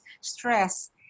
stress